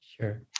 Sure